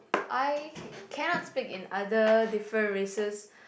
I cannot speak in other different races